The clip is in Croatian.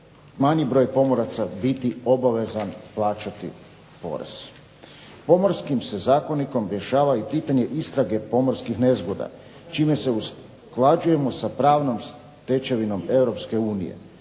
manji broj pomoraca biti obavezan plaćati porez. Pomorskim se zakonikom rješava i pitanje istrage pomorskih nezgoda čime se usklađujemo sa pravnom stečevinom